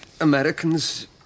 Americans